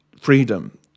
freedom